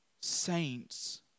saints